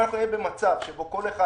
במצב שבו כל אחד